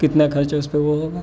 کتنا خرچہ اس پہ وہ ہوگا